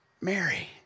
Mary